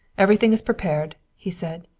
everything is prepared, he said.